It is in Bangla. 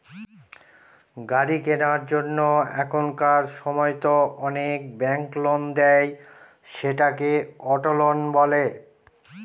গাড়ি কেনার জন্য এখনকার সময়তো অনেক ব্যাঙ্ক লোন দেয়, সেটাকে অটো লোন বলে